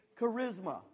charisma